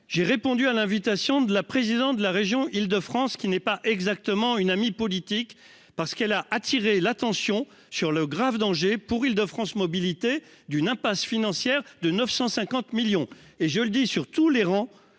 J'ai répondu à l'invitation de la présidente de la région Île-de-France, qui n'est pas exactement une amie politique, parce qu'elle a attiré l'attention sur le grave danger, pour Île-de-France Mobilités d'une impasse financière de 950 millions d'euros. Je m'adresse à toutes les travées